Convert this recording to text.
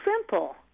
simple